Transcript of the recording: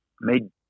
made